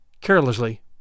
carelessly